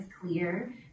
clear